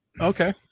Okay